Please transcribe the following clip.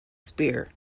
spear